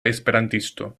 esperantisto